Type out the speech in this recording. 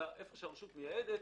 אלא איפה שהרשות מייעדת,